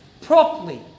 properly